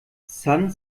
san